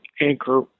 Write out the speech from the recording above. anchor